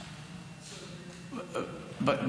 סליחה, סליחה.